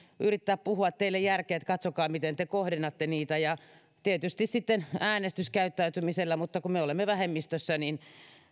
yritän puhua teille järkeä että katsokaa miten te kohdennatte niitä ja tietysti äänestyskäyttäytymisellä mutta kun me olemme vähemmistössä